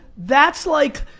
that's like,